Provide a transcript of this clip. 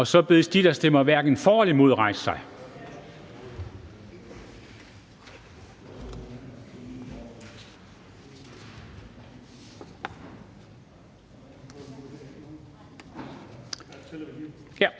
Så bedes de, der stemmer hverken for eller imod, rejse sig.